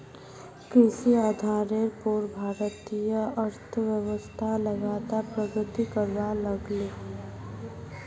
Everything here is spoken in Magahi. कृषि आधारेर पोर भारतीय अर्थ्वैव्स्था लगातार प्रगति करवा लागले